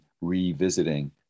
revisiting